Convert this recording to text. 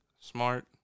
Smart